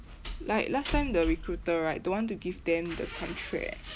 like last time the recruiter right don't want to give them the contract